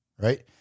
right